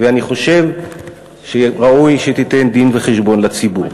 ואני חושב שראוי שתיתן דין-וחשבון לציבור.